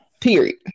Period